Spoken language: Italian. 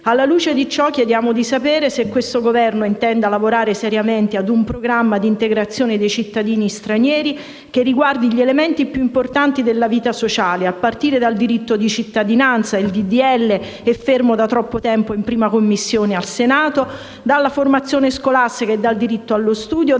Alla luce di ciò, chiediamo di sapere se questo Governo intenda lavorare seriamente a un programma di integrazione dei cittadini stranieri che riguardi gli elementi più importanti della vita sociale, a partire dal diritto di cittadinanza (il disegno di legge è fermo da troppo tempo in 1a Commissione al Senato), dalla formazione scolastica e dal diritto allo studio,